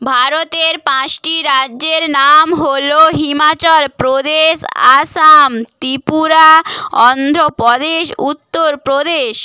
ভারতের পাঁচটি রাজ্যের নাম হলো হিমাচল প্রদেশ আসাম ত্রিপুরা অন্ধ্রপ্রদেশ উত্তরপ্রদেশ